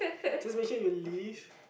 so basically we would leave